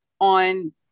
on